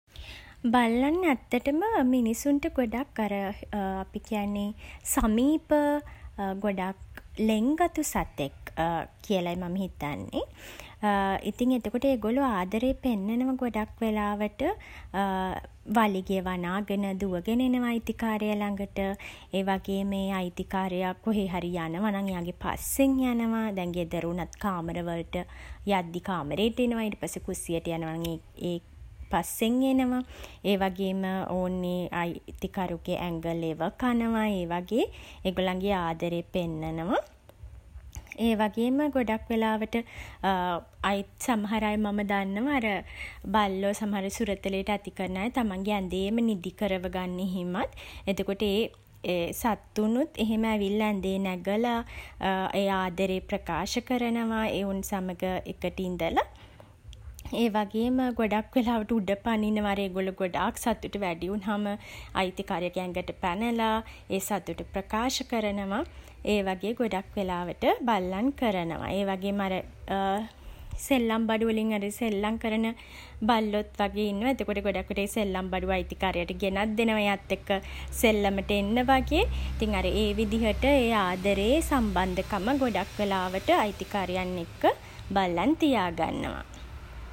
බල්ලන් ඇත්තටම මිනිසුන්ට ගොඩක් අර අපි කියන්නේ සමීප, ගොඩක් ලෙන්ගතු සතෙක් කියලයි මම හිතන්නේ. ඉතින් එතකොට ඒගොල්ලෝ ආදරේ පෙන්නනවා ගොඩක් වෙලාවට වලිගෙ වනාගෙන දුවගෙන එනවා අයිතිකාරයා ලගට. ඒවගේම ඒ අයිතිකාරයා කොහේ හරි යනවා නම් එයාගේ පස්සෙන් යනවා. දැන් ගෙදර වුණත් කාමර වලට යද්දී, කාමරේට එනවා. කුස්සියට යනවා නම් ඒ පස්සෙන් එනවා. ඒවගේම ඔවුන් ඒ අයිතිකරුගේ ඇඟ ලෙව කනවා. ඒ වගේ ඒගොල්ලන්ගේ ආදරේ පෙන්නනවා. ඒවගේම ගොඩක් වෙලාවට සමහර අය මම දන්නවා අර බල්ලෝ සමහර සුරතලේට ඇති කරන අය තමන්ගේ ඇදේම නිදිකරව ගන්න එහෙමත්. එතකොට ඒ සත්තුනුත් එහෙම ඇවිල්ල ඇදේ නැඟලා ඒ ආදරේ ප්‍රකාශ කරනවා, ඔවුන් සමඟ එකට ඉඳලා. ඒවගේම ගොඩක් වෙලාවට උඩ පනිනවා ඒගොල්ලෝ ගොඩාක් සතුට වැඩි වුණාම. අයිතිකාරයාගේ ඇඟට පැනලා, ඒ සතුට ප්‍රකාශ කරනවා. ඒ වගේ ගොඩක් වෙලාවට බල්ලන් කරනවා. ඒවගේම අර සෙල්ලම් බඩු වලින් අර සෙල්ලම් කරන බල්ලොත් වගේ ඉන්නවා. එතකොට ගොඩක් විට ඒ සෙල්ලම් බඩු අයිතිකාරයාට ගෙනත් දෙනවා, එයත් එක්ක සෙල්ලමට එන්න වගේ. ඉතින් අර ඒ විදිහට ඒ ආදරේ, සම්බන්ධකම ගොඩක් වෙලාවට අයිතිකාරයන් එක්ක බල්ලන් තියා ගන්නවා.